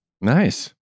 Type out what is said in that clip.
Nice